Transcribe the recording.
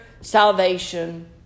salvation